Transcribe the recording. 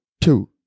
two